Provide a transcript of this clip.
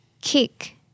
kick